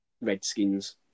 Redskins